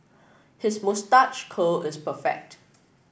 his moustache curl is perfect